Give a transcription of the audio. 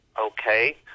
okay